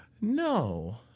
no